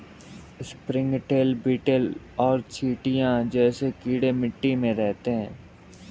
springtail, beetle और चींटियां जैसे कीड़े मिट्टी में रहते हैं